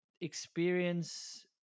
experience